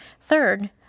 Third